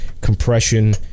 compression